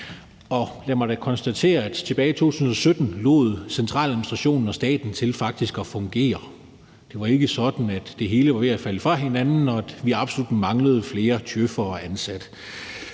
Og lad mig da konstatere, at tilbage i 2017 lod centraladministrationen og staten til faktisk at fungere. Det var ikke sådan, at det hele var ved at falde fra hinanden, og at vi absolut manglede flere djøf'er at